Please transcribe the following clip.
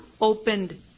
opened